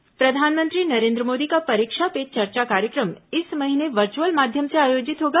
परीक्षा पे चर्चा प्रधानमंत्री नरेंद्र मोदी का परीक्षा पे चर्चा कार्यक्रम इस महीने वर्चुअल माध्यम से आयोजित होगा